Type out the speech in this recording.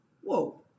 Whoa